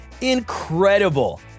incredible